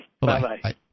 Bye-bye